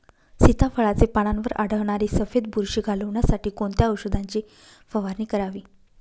सीताफळाचे पानांवर आढळणारी सफेद बुरशी घालवण्यासाठी कोणत्या औषधांची फवारणी करावी?